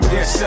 Yes